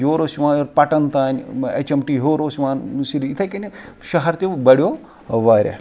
یورٕ اوس یِوان پَٹَن تانۍ ایچ ایم ٹی ہِیور اوس یِوان سِریٖنگر یِتھٕے کٔنیتھ شَہَر تہِ بَڑیوو واریاہ